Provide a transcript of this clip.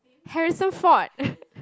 Harrison-Ford